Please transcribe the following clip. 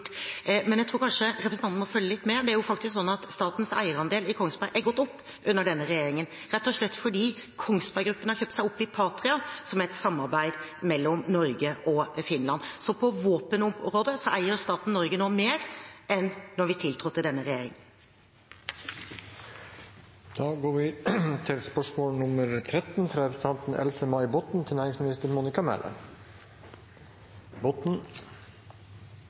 Men jeg tror kanskje representanten må følge litt med. Det er faktisk sånn at statens eierandel i Kongsberg Gruppen er gått opp under denne regjeringen, rett og slett fordi Kongsberg Gruppen har kjøpt seg opp i Patria, som er et samarbeid mellom Norge og Finland. Så på våpenområdet eier staten Norge nå mer enn da denne regjeringen tiltrådte. «Gjennom sine eierposter i Telenor får staten hvert år store inntekter til